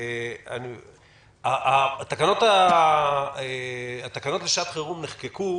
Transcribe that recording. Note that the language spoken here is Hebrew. התקנות לשעת חירום נחקקו